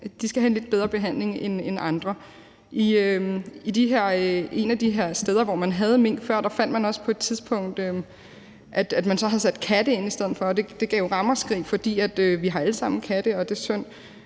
og skal have en lidt bedre behandling end andre. Et af de steder, hvor man før havde mink, var der på et tidspunkt også blevet sat katte ind i stedet for, og det gav et ramaskrig. For vi har alle sammen katte, og det er synd,